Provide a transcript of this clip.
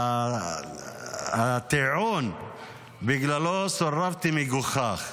והטיעון שבגללו סורבתי מגוחך.